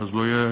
ואז לא יהיה